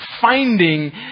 finding